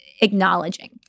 acknowledging